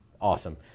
Awesome